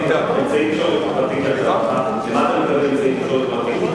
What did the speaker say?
מה אתה מתכוון ב"אמצעי תקשורת פרטיים"?